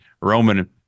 roman